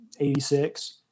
86